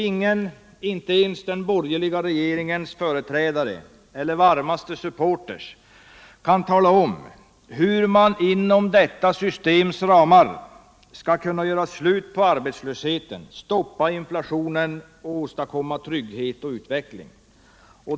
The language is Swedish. Ingen, inte ens den borgerliga regeringens företrädare eller varmaste supportrar, kan tata om hur man inom detta systems ramar skall kunna göra slut på arbetslösheten, stoppa inflationen och åstadkomma trygghet och utveckling.